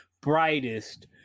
brightest